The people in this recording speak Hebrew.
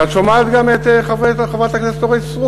ואת שומעת גם את חברת הכנסת אורית סטרוק